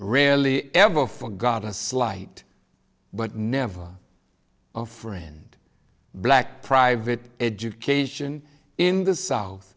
rarely ever forgot a slight but never friend black private education in the south